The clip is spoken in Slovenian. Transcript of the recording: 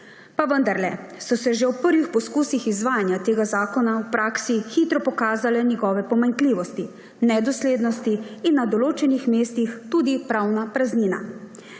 Pa vendarle so se že v prvih poskusih izvajanja tega zakona v praksi hitro pokazale njegove pomanjkljivosti, nedoslednosti in na določenih mestih tudi pravna praznina.